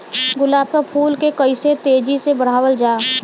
गुलाब क फूल के कइसे तेजी से बढ़ावल जा?